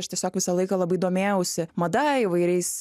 aš tiesiog visą laiką labai domėjausi mada įvairiais